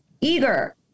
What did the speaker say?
eager